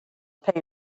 pay